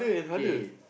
okay